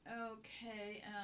Okay